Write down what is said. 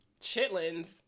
chitlins